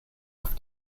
auf